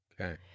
Okay